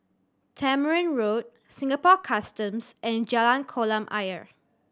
Tamarind Road Singapore Customs and Jalan Kolam Ayer